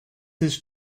his